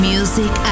Music